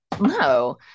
no